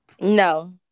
No